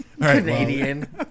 Canadian